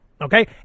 Okay